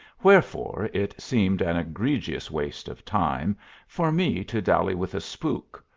wherefore it seemed an egregious waste of time for me to dally with a spook,